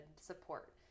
support